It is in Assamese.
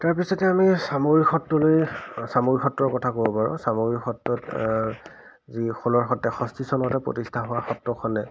তাৰপিছতে আমি চামগুৰি সত্ৰলৈ চামগুৰি সত্ৰৰ কথা ক'ব পাৰোঁ চামগুৰি সত্ৰত যি চনতে প্ৰতিষ্ঠা হোৱা সত্ৰখনে